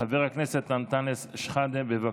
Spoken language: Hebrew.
חבר הכנסת אנטאנס שחאדה, בבקשה.